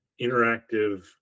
interactive